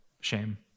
shame